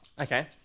Okay